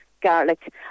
garlic